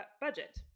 budget